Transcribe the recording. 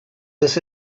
this